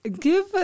give